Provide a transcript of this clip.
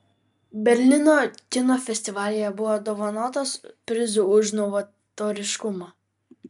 berlyno kino festivalyje buvo apdovanotas prizu už novatoriškumą